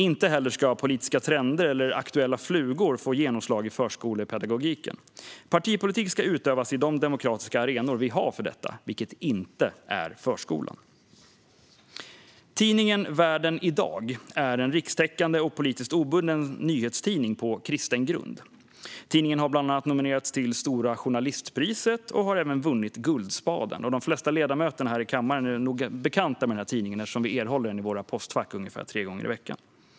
Inte heller ska politiska trender eller aktuella flugor få genomslag i förskolepedagogiken. Partipolitik ska utövas i de demokratiska arenor vi har för detta, vilket inte är förskolan. Tidningen Världen idag är en rikstäckande och politiskt obunden nyhetstidning på kristen grund. Tidningen har bland annat nominerats till Stora journalistpriset och har även vunnit Guldspaden. De flesta ledamöter här i kammaren är nog bekanta med den eftersom vi erhåller den i våra postfack ungefär tre gånger i veckan.